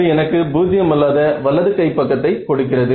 அது எனக்கு பூஜ்ஜியம் அல்லாத வலது கை பக்கத்தை கொடுக்கிறது